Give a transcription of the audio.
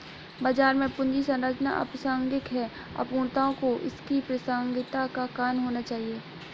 बाजार में पूंजी संरचना अप्रासंगिक है, अपूर्णताओं को इसकी प्रासंगिकता का कारण होना चाहिए